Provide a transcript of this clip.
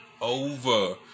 over